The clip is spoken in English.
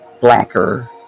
blacker